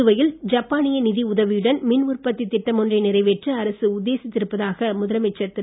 புதுவையில் ஜப்பானிய நிதி உதவியுடன் மின் உற்பத்தித் திட்டம் ஒன்றை நிறைவேற்ற அரசு உத்தேசித்திருப்பதாக முதலமைச்சர் திரு